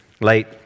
late